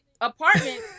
apartment